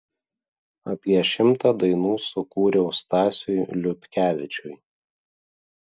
apie šimtą dainų sukūriau stasiui liupkevičiui